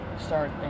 Start